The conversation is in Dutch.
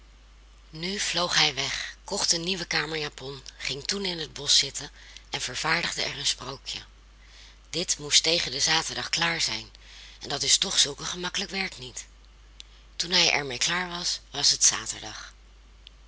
nu vloog hij weg kocht een nieuwe kamerjapon ging toen in het bosch zitten en vervaardigde er een sprookje dit moest tegen den zaterdag klaar zijn en dat is toch zulk een gemakkelijk werk niet toen hij er mee klaar was was het zaterdag